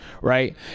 Right